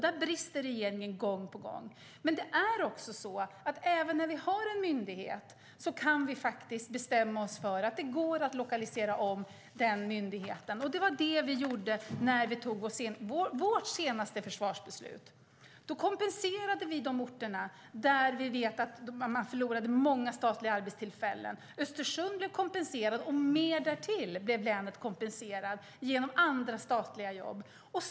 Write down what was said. Där brister regeringen gång på gång. Men även när vi har en myndighet kan vi faktiskt bestämma oss för att det går att lokalisera om den myndigheten. Det var det som vi gjorde när vi tog vårt senaste försvarsbeslut. Då kompenserade vi de orter som vi visste förlorade många statliga arbetstillfällen. Östersund och länet blev kompenserade och mer därtill genom andra statliga jobb.